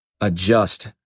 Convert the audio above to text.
adjust